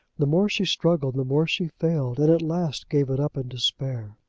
the more she struggled the more she failed, and at last gave it up in despair.